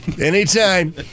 Anytime